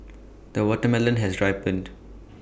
the watermelon has ripened